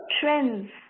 trends